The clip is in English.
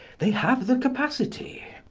they have the capacity.